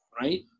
right